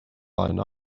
line